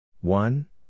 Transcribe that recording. One